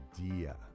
idea